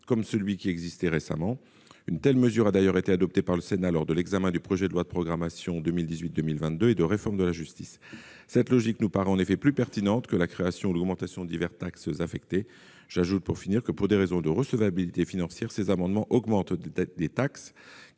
une période récente. Cette mesure a d'ailleurs été adoptée par le Sénat lors de l'examen du projet de loi de programmation 2018-2022 et de réforme pour la justice. Cette démarche nous paraît plus pertinente que la création ou l'augmentation de diverses taxes affectées. J'ajoute que, pour des raisons de recevabilité financière, ces amendements tendent à augmenter des taxes